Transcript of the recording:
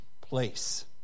place